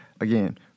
Again